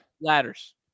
Ladders